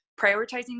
prioritizing